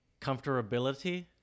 Comfortability